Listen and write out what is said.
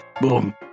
Boom